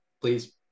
please